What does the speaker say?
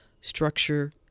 structure